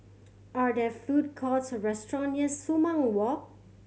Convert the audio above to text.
are there food courts or restaurants near Sumang Walk